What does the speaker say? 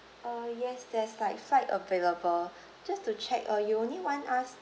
uh yes there's like flight available just to check uh you only want us